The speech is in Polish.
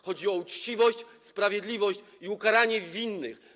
Chodzi o uczciwość, sprawiedliwość i ukaranie winnych.